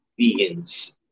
vegans